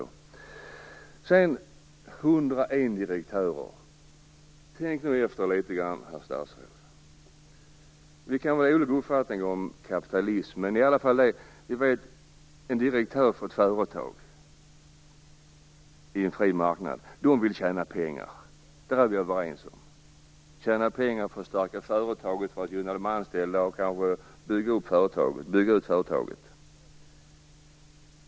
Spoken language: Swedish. Vad gäller de 101 direktörerna vill jag säga följande. Tänk efter litet grand, herr statsråd. Vi kan ha olika uppfattningar om kapitalism, men direktörer för företag på en fri marknad vill tjäna pengar. Det är vi överens om. De vill tjäna pengar för att stärka företaget, för att gynna de anställda och kanske för att bygga ut företaget.